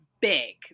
big